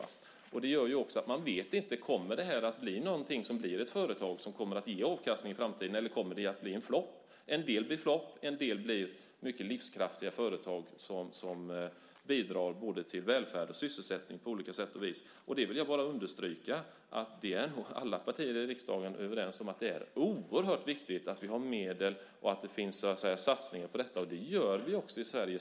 Det gör att man inte vet om det kommer att bli någonting som blir till ett företag som kommer att ge avkastning i framtiden eller om det kommer att bli en flopp. En del blir flopp, en del blir mycket livskraftiga företag som på olika sätt och vis bidrar till både välfärd och sysselsättning. Jag vill understryka att alla partier i riksdagen är överens om att det är oerhört viktigt att vi har medel och att det görs satsningar på detta. Det gör vi också i Sverige.